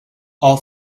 all